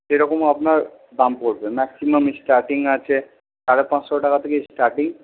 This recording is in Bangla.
সে রকম আপনার দাম পড়বে ম্যাক্সিমাম স্টার্টিং আছে সাড়ে পাঁচশো টাকা থেকে স্টার্টিং